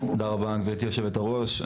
תודה רבה גברתי יושבת הראש.